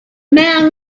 man